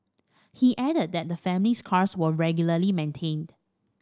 he added that the family's cars were regularly maintained